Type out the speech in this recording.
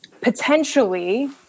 potentially